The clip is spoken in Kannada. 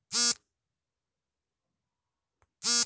ದೇಶದಿಂದ ದೇಶಕ್ಕೆ ತೆರಿಗೆ ದರ ಭಿನ್ನವಾಗಿರುತ್ತದೆ